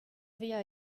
vezañ